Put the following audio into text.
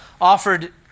offered